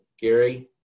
Gary